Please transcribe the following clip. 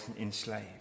enslaved